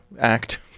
Act